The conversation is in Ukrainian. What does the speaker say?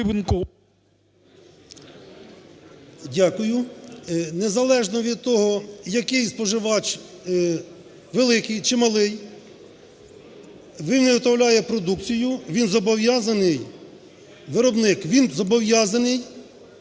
Дякую. Незалежно від того, який споживач – великий чи малий – він виготовляє продукцію, він зобов'язаний, виробник, він зобов'язаний